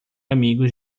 amigos